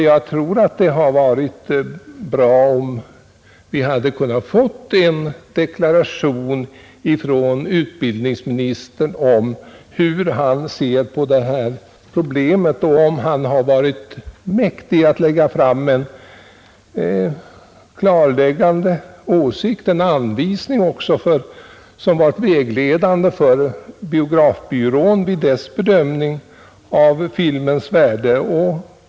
Det hade varit bra om vi hade kunnat få en deklaration från utbildningsministern om hur han ser på problemen med pornografisk film, samt ett besked om det har varit möjligt för honom att ge en klarläggande anvisning till vägledning för biografbyrån vid dess bedömning av filmens värde.